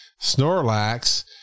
Snorlax